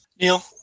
Neil